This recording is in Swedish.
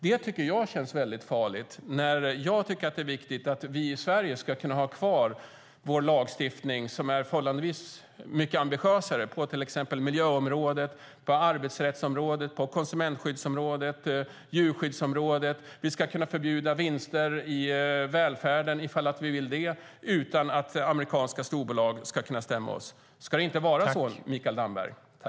Det tycker jag känns väldigt farligt.